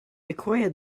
acquired